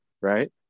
right